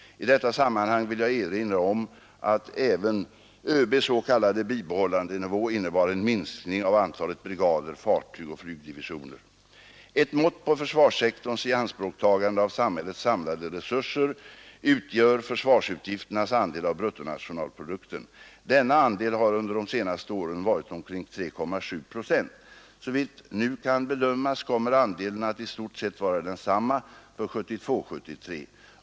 I detta sammanhang vill jag erinra om att även ÖB:s s.k. bibehållandenivå innebar en minskning av antalet brigader, fartyg och flygdivisioner. Ett mått på försvarssektorns ianspråktagande av samhällets samlade resurser utgör försvarsutgifternas andel av bruttonationalprodukten. Denna andel har under de senaste åren varit omkring 3,7 procent. Såvitt nu kan bedömas kommer andelen att i stort sett vara densamma för 1972/73.